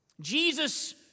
Jesus